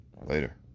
Later